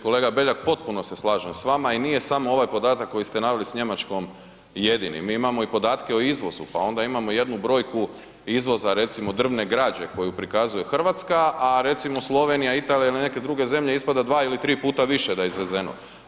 Kolega Beljak, potpuno se slažem s vama i nije samo ovaj podatak koji ste naveli s Njemačkom jedini, mi imamo i podatke o izvozu, pa onda imamo jednu brojku izvoza recimo drvne građe koju prikazuje RH, a recimo Slovenija, Italija ili neke druge zemlje ispada 2 ili 3 puta više da je izvezeno.